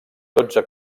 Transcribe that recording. dotze